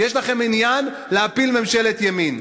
יש לכם עניין להפיל ממשלת ימין.